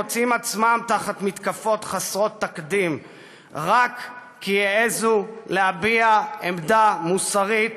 מוצאים עצמם תחת מתקפות חסרות תקדים רק כי העזו להביע עמדה מוסרית,